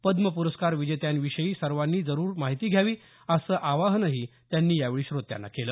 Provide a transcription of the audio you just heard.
पद्म पुरस्कार विजेत्यांविषयी सर्वांनी जरुर माहिती घ्यावी असं आवाहनही त्यांनी यावेळी श्रोत्यांना केलं